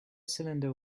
cylinder